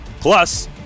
Plus